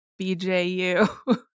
bju